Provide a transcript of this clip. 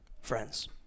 friends